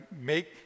make